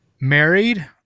married